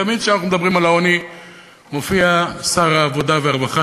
תמיד כשאנחנו מדברים על העוני מופיע שר העבודה והרווחה,